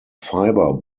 fiber